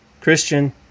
Christian